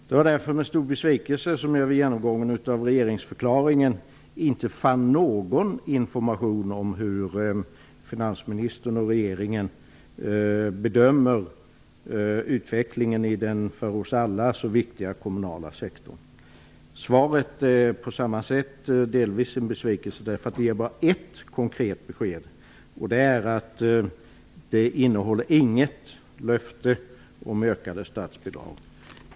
Det var därför med stor besvikelse som jag vid genomgången av regeringsförklaringen inte fann någon information om hur finansministern och regeringen bedömer utvecklingen i den för oss alla så viktiga kommunala sektorn. Svaret är på samma sätt delvis en besvikelse, därför att det enbart ger ett konkret besked. Det innehåller inget löfte om ökade statsbidrag.